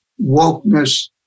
wokeness